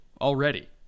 already